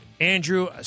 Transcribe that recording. Andrew